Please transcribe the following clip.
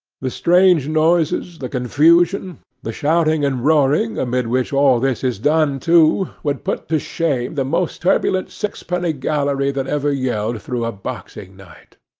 the strange noises, the confusion, the shouting and roaring, amid which all this is done, too, would put to shame the most turbulent sixpenny gallery that ever yelled through a boxing-night.